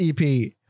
EP